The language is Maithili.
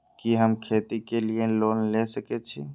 कि हम खेती के लिऐ लोन ले सके छी?